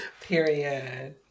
Period